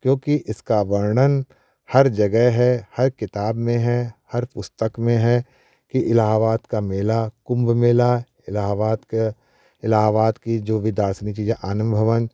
क्योंकि इसका वर्णन हर जगह है हर किताब में है हर पुस्तक में है कि इलाहाबाद का मेला कुम्भ मेला इलाहाबाद के इलाहाबाद की जो भी दार्शनिक चीज़े आनंद भवन